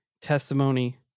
testimony